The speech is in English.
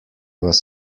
was